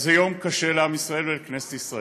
אז זה יום קשה לעם ישראל ולכנסת ישראל.